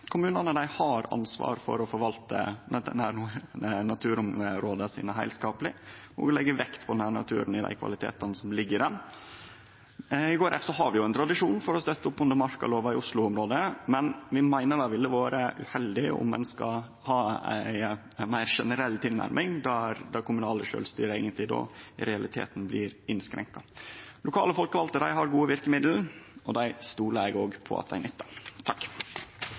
Kommunane har ansvar for å forvalte nærnaturområda sine heilskapleg og å leggje vekt på nærnaturen og dei kvalitetane som ligg i den. I Kristeleg Folkeparti har vi ein tradisjon for å støtte opp under markalova i Oslo-området, men vi meiner det ville vere uheldig om ein skal ha ei meir generell tilnærming, der det kommunale sjølvstyret eigentleg då i realiteten blir innskrenka. Lokale folkevalde har gode verkemiddel, og dei stolar eg òg på at dei nyttar. Skogene, fjellene, heiene, fjordene og skjærgårdene rundt norske byer, bygder og tettsteder er